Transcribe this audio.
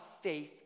faith